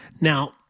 Now